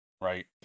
right